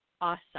awesome